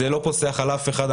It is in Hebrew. זה לא פוסח על אף אחד.